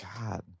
God